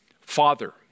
Father